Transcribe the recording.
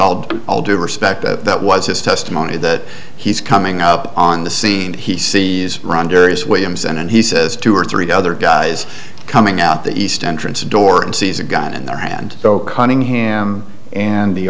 all all due respect that that was his testimony that he's coming up on the scene and he sees ron jerry's williamson and he says two or three other guys coming out the east entrance door and sees a gun in their hand though cunningham and the